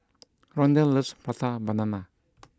Rondal loves Prata Banana